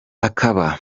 akaba